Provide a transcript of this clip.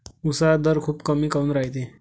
उसाचा दर खूप कमी काऊन रायते?